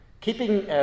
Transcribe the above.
keeping